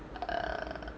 err